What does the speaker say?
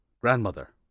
grandmother